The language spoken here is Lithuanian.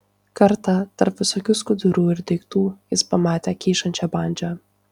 kartą tarp visokių skudurų ir daiktų jis pamatė kyšančią bandžą